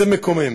זה מקומם.